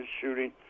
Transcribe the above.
shooting